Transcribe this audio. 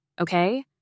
Okay